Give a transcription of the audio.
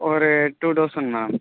ஒரு two thousand ma'am